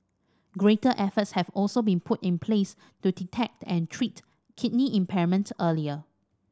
greater efforts have also been put in place to detect and treat kidney impairment earlier